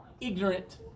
ignorant